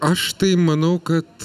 aš tai manau kad